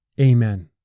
Amen